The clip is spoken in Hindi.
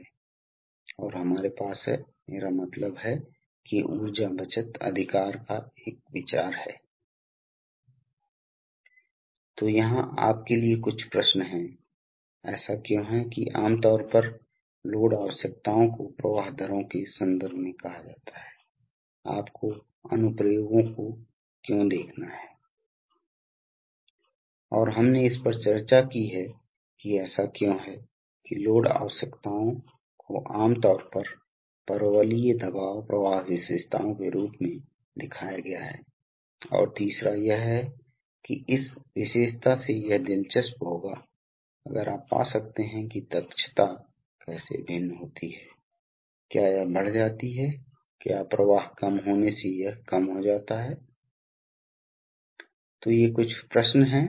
तो अंत तक आने से पहले आइए हम कुछ आसान अपेक्षाकृत सरल प्रश्नों पर नज़र डालें इलेक्ट्रिक सिस्टम पर न्यूमैटिक्स के मुख्य लाभ क्या हैं और हाइड्रोलिक सिस्टम पर न्यूमैटिक्स के कुछ मुख्य लाभ और आप कर सकते हैं इसलिए उदाहरण के लिए एक बात हो सकती है हो सकता है कि आप कुछ अनुप्रयोगों को नाम दें जहां एक हाइड्रोलिक सिस्टम पसंद किया जाता है क्या आप कुछ एप्लिकेशन का नाम दे सकते हैं कि क्या हम एक न्यूमैटिक्स प्रणाली पसंद करते हैं और एक न्यूमैटिक्स प्रणाली के प्रमुख घटकों की पहचान करते हैं इसलिए हमने जिन प्रमुख घटकों पर चर्चा की है उनमें दो प्रमुख प्रकार के कम्प्रेसर हैं इसलिए दो प्रमुख प्रकार के कंप्रेशर्स हो सकते हैं आप जानते हैं कि पारस्परिक रूप से रोटरी वाल्व प्रकार हो सकते हैं फैन प्रकार के गैर सकारात्मक विस्थापन हो सकता है फिर तीन अलग अलग प्रकार के दिशात्मक वाल्व भी हो सकते हैं इसलिए हमने इन्हें देखा है और उनके प्रतीकों को आरेखित किया है इसलिए यह बिल्कुल हाइड्रोलिक्स के समान हैं